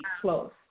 close